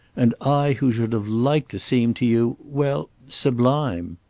and i who should have liked to seem to you well, sublime!